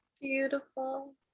Beautiful